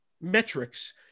metrics